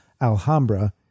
Alhambra